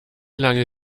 lange